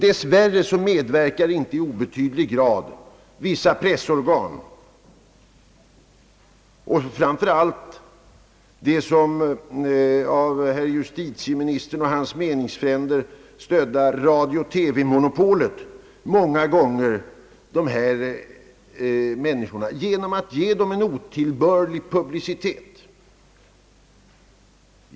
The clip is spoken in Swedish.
Dessvärre medverkar i icke obetydlig grad vissa pressorgan och framför allt det av herr justitieministern och hans meningsfränder stödda radiooch TV-monopolet många gång er till att ge dessa människor otillbörlig publicitet.